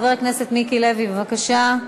חבר הכנסת מיקי לוי, בבקשה,